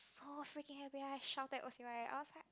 so freaking happy I shouted it was like